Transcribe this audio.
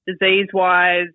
Disease-wise